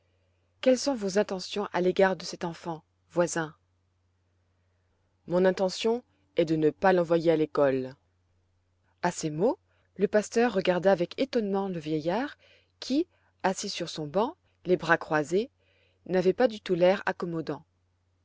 quelles sont vos intentions à l'égard de cette enfant voisin mon intention est de ne pas l'envoyer à l'école a ces mots le pasteur regarda avec étonnement le vieillard qui assis sur son banc les bras croisés n'avait pas du tout l'air accommodant